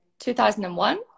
2001